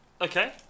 okay